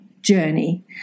journey